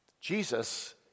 Jesus